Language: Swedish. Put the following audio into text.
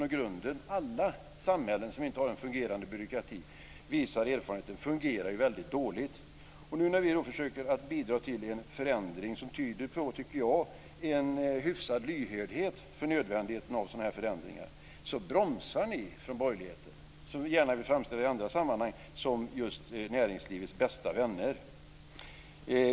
Erfarenheten visar att alla samhällen som inte har en fungerande byråkrati fungerar väldigt dåligt. När vi nu försöker bidra till en förändring som tyder på, tycker jag, en hyfsad lyhördhet för nödvändigheten av sådana här förändringar, så bromsar ni från borgerligheten som i andra sammanhang gärna vill framställa er som just näringslivets bästa vänner.